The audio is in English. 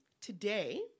Today